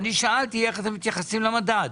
מתייחסים לעליית המדד?